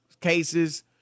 cases